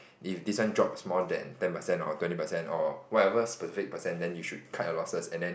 if this one drops more ten percent or twenty percent or whatever specific percent then you should cut your losses and then